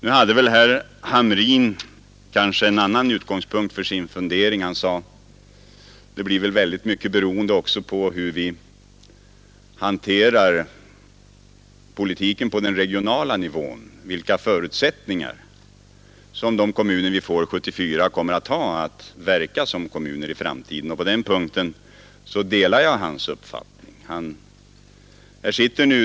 Nu hade kanske herr Hamrin en annan utgångs — punkt för sin fundering då han sade att förutsättningarna för de kommuner som vi får 1974 att verka som kommuner i framtiden beror också mycket på hur vi hanterar politiken på den regionala nivån. Därvidlag delar jag hans uppfattning.